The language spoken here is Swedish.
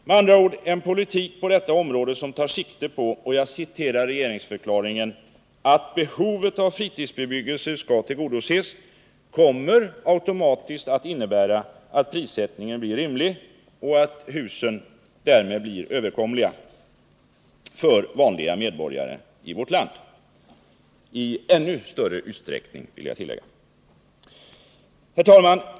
Med andra ord: En politik på detta område som tar sikte på att behovet ”av fritidsbebyggelse skall tillgodoses”, för att citera regeringsförklaringen, kommer automatiskt att innebära att prissättningen blir rimlig och att husen därmed blir överkomliga för vanliga medborgare i vårt land i ännu större utsträckning. Herr talman!